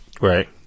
Right